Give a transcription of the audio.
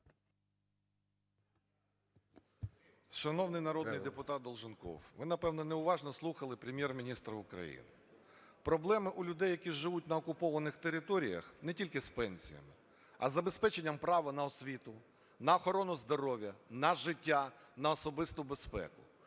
Шановний народний депутат Долженков, ви, напевно, неуважно слухали Прем'єр-міністра України. Проблеми у людей, які живуть на окупованих територіях, не тільки з пенсіями, а і з забезпеченням права на освіту, на охорону здоров'я, на життя, на особисту безпеку.